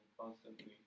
constantly